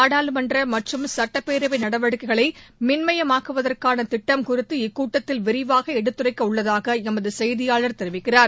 நாடாளுமன்ற மற்றும் சுட்டப்பேரவை நடவடிக்கைகளை மின்மய மாக்குவதற்கான திட்டம் குறித்து இக்கூட்டத்தில் விரிவாக எடுத்துரைக்க உள்ளதாக எமது செய்தியாளர் தெரிவிக்கிறார்